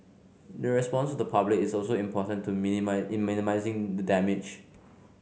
the response the public is also important in in minimising the damage